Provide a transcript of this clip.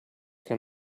can